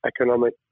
economic